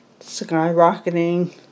skyrocketing